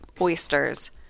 oysters